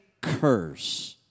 curse